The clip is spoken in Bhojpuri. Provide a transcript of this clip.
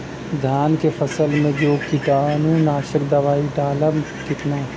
धान के फसल मे जो कीटानु नाशक दवाई डालब कितना?